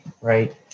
right